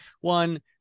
one